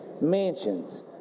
Mansions